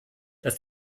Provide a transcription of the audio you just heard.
dass